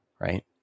right